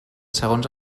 segons